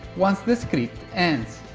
once the script ends.